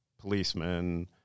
policemen